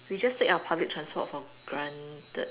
we just take our public transport for granted